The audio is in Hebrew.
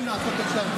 אז תצא.